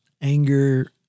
anger